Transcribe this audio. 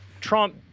Trump